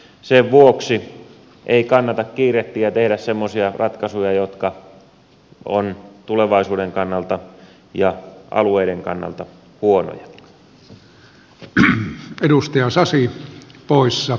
sen vuoksi ei kannata kiirehtiä ja tehdä semmoisia ratkaisuja jotka ovat tulevaisuuden kannalta ja alueiden kannalta huonoja